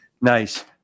Nice